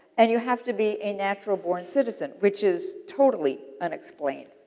and, you have to be a natural born citizen, which is totally unexplained.